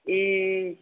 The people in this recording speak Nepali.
ए